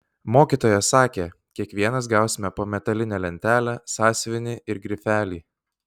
mokytoja sakė kiekvienas gausime po metalinę lentelę sąsiuvinį ir grifelį